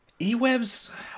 eWebs